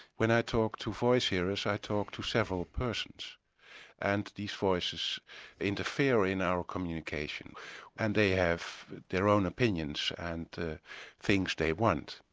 when i talk to voice hearers i talk to several persons and these voices they interfere in our communication and they have their own opinions and things they want.